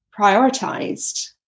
prioritized